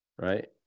Right